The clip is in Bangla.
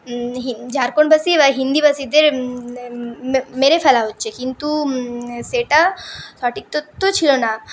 ঝাড়খণ্ডবাসী বা হিন্দিভাষীদের মেরে ফেলা হচ্ছে কিন্তু সেটা সঠিক তথ্য ছিল না